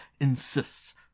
insists